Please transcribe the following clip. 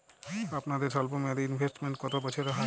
আপনাদের স্বল্পমেয়াদে ইনভেস্টমেন্ট কতো বছরের হয়?